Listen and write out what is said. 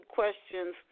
questions